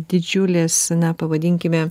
didžiulės na pavadinkime